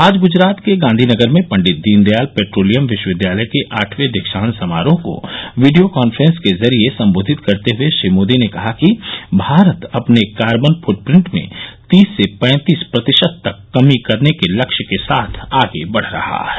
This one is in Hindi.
आज गुजरात के गांधीनगर में पंडित दीन दयाल पेट्रोलियम विश्वविद्यालय के आठवें दीक्षान्त समारोह को वीडियो कांफ्रेस के जरिये संबोधित करते हुए श्री मोदी ने कहा कि भारत अपने कार्बन फूटप्रिंट में तीस से पैंतीस प्रतिशत तक कमी करने के लक्ष्य के साथ आगे बढ रहा है